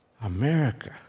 America